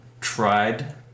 tried